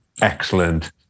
excellent